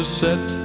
set